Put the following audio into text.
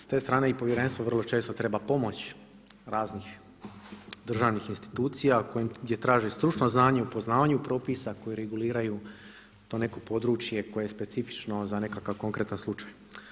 S te strane i povjerenstvo vrlo često treba pomoć raznih državnih institucija gdje traži stručno znanje u poznavanju propisa koji reguliraju to neko područje koje je specifičan za nekakav konkretan slučaj.